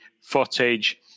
footage